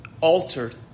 Altered